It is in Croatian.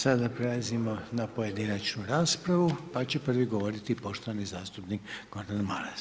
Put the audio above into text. Sada prelazimo na pojedinačnu raspravu, pa će prvi govoriti poštovani zastupnik Gordan Maras.